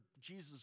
Jesus